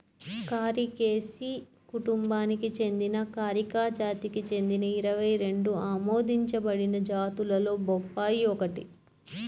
కారికేసి కుటుంబానికి చెందిన కారికా జాతికి చెందిన ఇరవై రెండు ఆమోదించబడిన జాతులలో బొప్పాయి ఒకటి